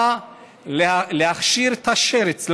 באה להכשיר את השרץ.